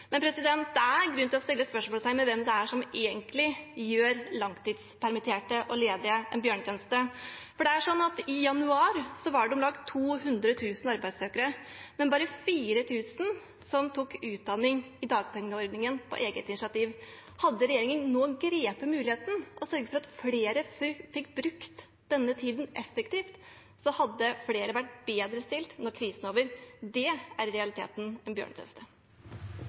Men det er grunn til å sette spørsmålstegn ved hvem det er som egentlig gjør langtidspermitterte og ledige en bjørnetjeneste, for i januar var det om lag 200 000 arbeidssøkere, men bare 4 000 som på eget initiativ tok utdanning i dagpengeordningen. Hadde regjeringen grepet muligheten og sørget for at flere fikk brukt denne tiden effektivt, hadde flere vært bedre stilt når krisen er over. Det er i realiteten en bjørnetjeneste.